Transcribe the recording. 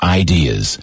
ideas